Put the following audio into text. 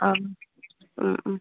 অঁ